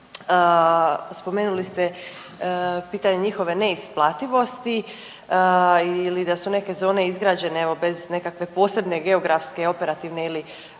spomenuli ste pitanje njihove neisplativosti ili da su neke zone izgrađena evo bez nekakve posebne geografske, operativne ili